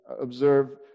observe